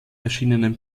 erschienenen